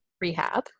rehab